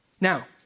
Now